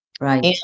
Right